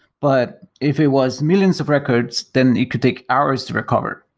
but if it was millions of records, then it could take hours to recover.